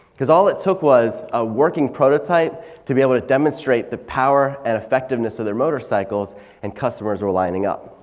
cause all it took was a working prototype to be able to demonstrate the power and effectiveness of their motorcycles and customers were lining up.